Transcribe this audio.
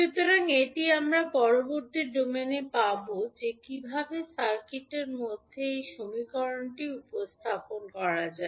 সুতরাং এটি আমরা পরবর্তী ডোমেনে পাব যে কীভাবে সার্কিটের মধ্যে এই সমীকরণটি উপস্থাপন করা যায়